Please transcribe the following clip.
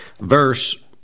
verse